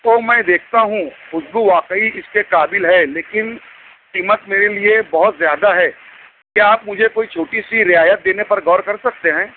تو میں دیکھتتا ہوں خوشبو واقعی اس کے قابل ہے لیکن قیمت میرے لیے بہت زیادہ ہے کیا آپ مجھے کوئی چھوٹی سی رعایت دینے پر غور کر سکتے ہیں